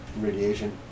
Radiation